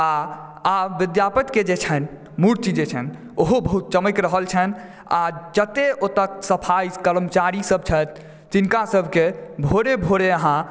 आ आब विद्यापतिके जे छनि मुर्ति जे छनि ओहो बहुत चमक रहल छनि आ जतेक ओतऽ सफाई कर्मचारी सभ छथि तिनका सभकेँ भोरे भोरे अहाँ